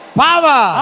power